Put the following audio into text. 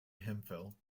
hemphill